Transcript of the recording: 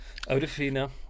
Odafina